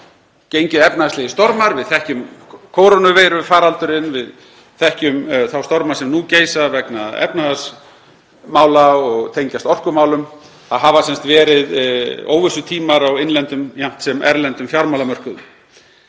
gengið efnahagslegir stormar. Við þekkjum kórónuveirufaraldurinn. Við þekkjum þá storma sem nú geisa vegna efnahagsmála og tengjast orkumálum. Það hafa sem sagt verið óvissutímar á innlendum jafnt sem erlendum fjármálamörkuðum.